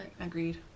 Agreed